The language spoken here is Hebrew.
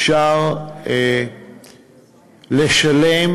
אפשר לשלם,